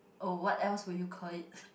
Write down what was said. oh what else would you call it